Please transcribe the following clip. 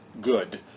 good